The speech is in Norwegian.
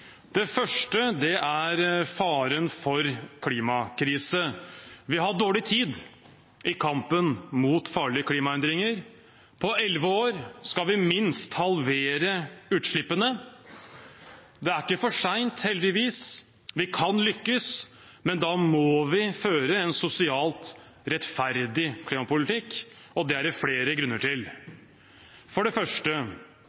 Det første er faren for klimakrise. Vi har dårlig tid i kampen mot farlige klimaendringer. På elleve år skal vi minst halvere utslippene. Det er ikke for sent heldigvis, vi kan lykkes, men da må vi føre en sosialt rettferdig klimapolitikk. Det er det flere grunner